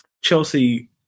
Chelsea